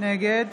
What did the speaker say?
נגד